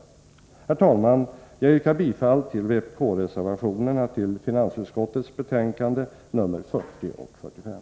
Herr talman! Jag yrkar bifall till vpk-reservationerna till finansutskottets betänkanden nr 40 och 45.